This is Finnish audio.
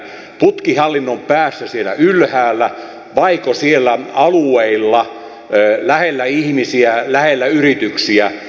putkihallinnon päässä siellä ylhäällä vaiko siellä alueilla lähellä ihmisiä lähellä yrityksiä